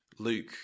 Luke